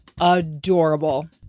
adorable